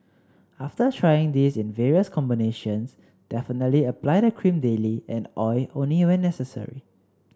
after trying this in various combinations definitely apply the cream daily and oil only when necessary